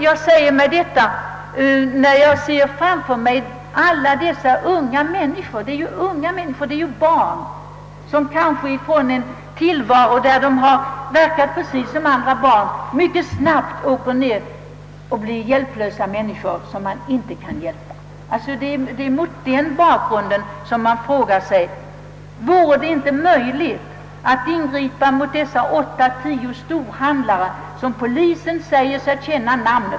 Jag säger mig detta när jag ser framför mig alla de unga människor det här gäller. Från att ha varit precis som andra barn och ungdomar sjunker de mycket snabbt djupt ned och blir hjälplösa varelser som inte kan räddas från förfall. Mot den bakgrunden frågar man sig, om det inte vore möjligt att ingripa mot de åtta—tio storhandlare, vilkas namn polisen säger sig känna.